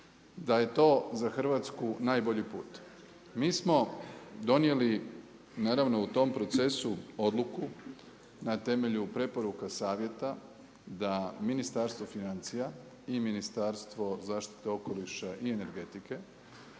da je to za Hrvatsku najbolji put. Mi smo donijeli naravno u tom procesu odluku na temelju preporuka savjeta da Ministarstvo financija i Ministarstvo zaštite okoliša i energetike